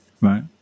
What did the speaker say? Right